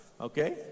okay